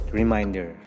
reminder